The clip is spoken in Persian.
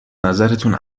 نظرتون